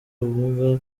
ubumuga